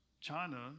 China